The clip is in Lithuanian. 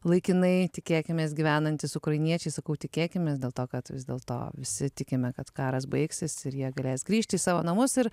laikinai tikėkimės gyvenantys ukrainiečiai sakau tikėkimės dėl to kad vis dėlto visi tikime kad karas baigsis ir jie galės grįžti į savo namus ir